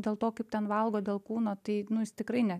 dėl to kaip ten valgo dėl kūno tai jis tikrai ne